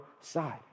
side